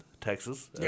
Texas